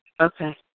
Okay